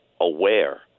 aware